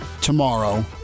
tomorrow